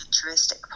futuristic